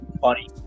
funny